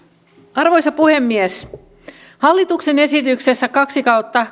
arvoisa puhemies hallituksen esityksessä kaksi kautta